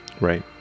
Right